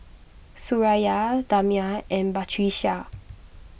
Suraya Damia and Batrisya